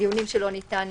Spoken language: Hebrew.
שדיונים שלא ניתן